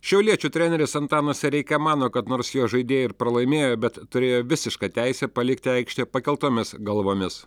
šiauliečių treneris antanas sereika mano kad nors jo žaidėjai ir pralaimėjo bet turėjo visišką teisę palikti aikštę pakeltomis galvomis